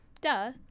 Duh